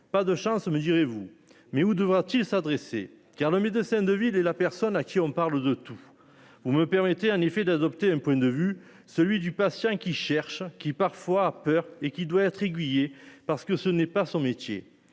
Pas de chance, me direz-vous mais ou devra-t-il s'adresser car le médecin de ville et la personne à qui on parle de tout. Vous me permettez un effet d'adopter un point de vue, celui du patient qui cherche qui parfois peur et qui doit être aiguillé parce que ce n'est pas son métier.